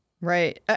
Right